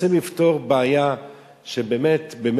רוצים לפתור בעיה כשבאמת אנחנו יודעים